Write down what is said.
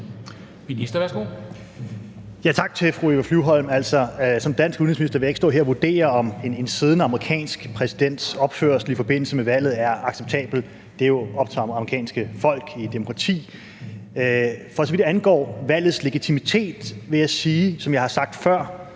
(Jeppe Kofod): Tak til fru Eva Flyvholm. Som dansk udenrigsminister vil jeg ikke stå her og vurdere, om en siddende præsidents opførsel i forbindelse med valget er acceptabel. Det er jo op til det amerikanske folk i et demokrati. For så vidt angår valgets legitimitet, vil jeg sige, som jeg har sagt før,